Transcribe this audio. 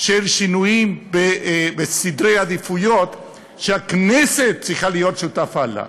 של שינויים בסדרי עדיפויות שהכנסת צריכה להיות שותפה להם.